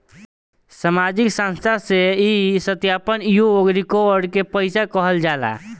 सामाजिक संस्था से ई सत्यापन योग्य रिकॉर्ड के पैसा कहल जाला